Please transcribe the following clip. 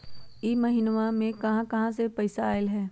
इह महिनमा मे कहा कहा से पैसा आईल ह?